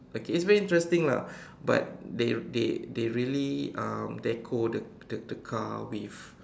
okay is very interesting lah but they they they really um deco the the the car with